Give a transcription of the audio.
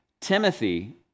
Timothy